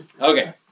Okay